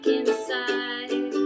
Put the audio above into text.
inside